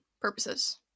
purposes